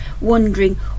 wondering